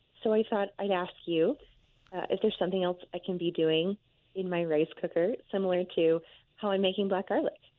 so, i thought i'd ask you if there is something else i can be doing in my rice cooker similar to how i'm making black garlic?